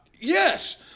Yes